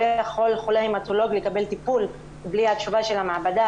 לא יכול חולה המטולוגי לקבל טיפול בלי התשובה של המעבדה,